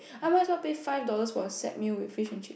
I might as well pay five dollars for a set meal with fish and chips